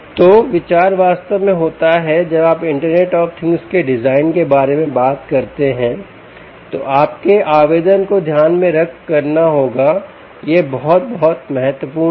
तो विचार वास्तव में होता है जब आप इंटरनेट ऑफ थिंग्स के डिजाइन के बारे में बात करते हैं तो आपको आवेदन को ध्यान में रख करना होगा यह बहुत बहुत महत्वपूर्ण है